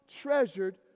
treasured